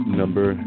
number